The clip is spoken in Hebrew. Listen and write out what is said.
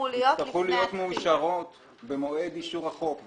יצטרכו להיות מאושרות במועד אישור החוק.